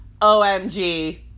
OMG